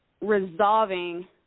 resolving